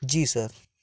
जी sir